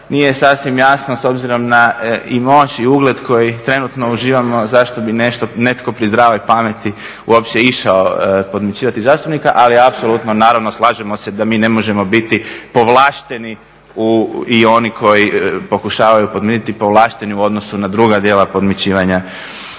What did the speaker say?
nije sasvim jasno s obzirom i na moć i ugled koji trenutno uživamo zašto bi netko pri zdravoj pameti uopće išao podmićivati zastupnika. Ali apsolutno naravno slažemo se da mi ne možemo biti povlašteni i oni koji pokušavaju podmititi povlašteni u odnosu na druga djela podmićivanja